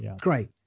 Great